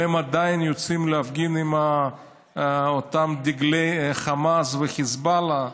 והם עדיין יוצאים להפגין עם אותם דגלי חמאס וחיזבאללה.